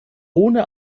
ohne